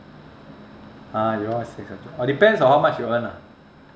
ah yours is six hundred oh depends how much you earn ah